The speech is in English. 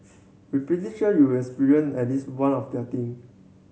we pretty sure you has experienced at least one of they are thing